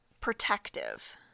protective